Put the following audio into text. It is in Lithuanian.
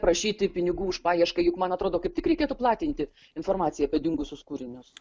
prašyti pinigų už paiešką juk man atrodo kaip tik reikėtų platinti informaciją apie dingusius kūrinius